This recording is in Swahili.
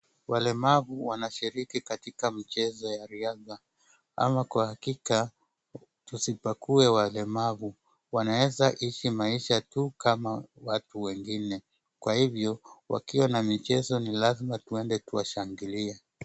Walemavu wanashiriki katika michezo ya riadha ama kwa hakika tusibague walemavu wanaeza ishi maisha tu kama watu wengine, kwa hivyo wakiwa na michezo ni lazima tuende kuwashingilie.